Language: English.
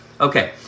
Okay